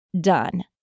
done